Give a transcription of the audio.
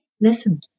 Listen